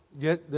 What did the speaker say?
get